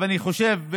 ואני חושב,